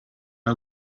our